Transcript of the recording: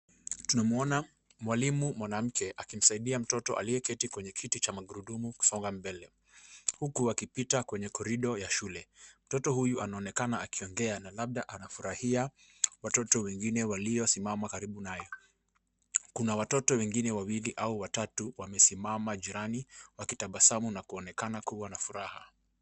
Tunamuona mwalimu mwanamke akimsaidia mtoto aliyeketi kwenye kiti cha magurudumu kusonga mbele, huku wakipita kwenye korido ya shule. Mtoto huyu anaonekana akiongea, na labda anafurahia watoto wengine waliosimama karibu naye. Kuna watoto wengine wawili au watatu wamesimama jirani, wakitabasamu na kuonekana kua na furaha.